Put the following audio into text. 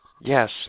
Yes